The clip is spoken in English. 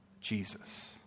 Jesus